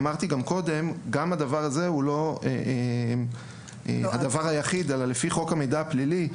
אמרתי גם קודם שזהו לא הדבר היחיד: לפי חוק המידע הפלילי,